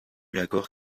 l’accord